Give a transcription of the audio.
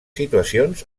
situacions